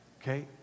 Okay